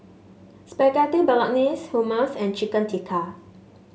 Spaghetti Bolognese Hummus and Chicken Tikka